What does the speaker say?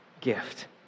gift